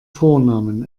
vornamen